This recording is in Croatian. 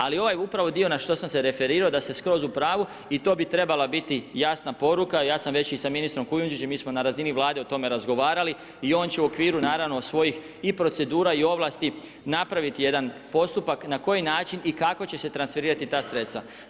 Ali ovaj upravo dio na što sam se referirao da ste skroz u pravu i to bi trebala biti jasna poruka, ja sam već i sa ministrom Kujundžićem, mi smo na razini Vlade o tome razgovarali i on će u okviru naravno svojih i procedura i ovlasti napraviti jedan postupak na koji način i kako će se transferirati ta sredstva.